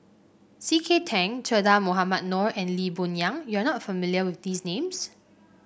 C K Tang Che Dah Mohamed Noor and Lee Boon Yang you are not familiar with these names